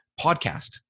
podcast